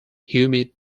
humid